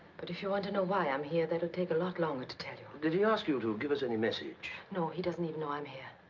but if you want to know why i'm here, that would take a lot longer to tell you. did he ask you to give us any message? no. he doesn't know i'm here.